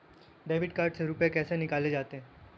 Debit card से रुपये कैसे निकाले जाते हैं?